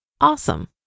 Awesome